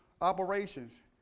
operations